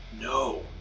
No